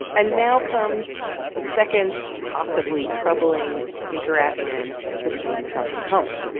and now comes the second possibly troubling interaction between trump and comey.